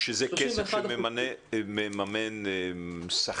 31% -- שזה כסף שממן שכר